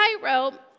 tightrope